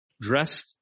dressed